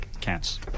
Cats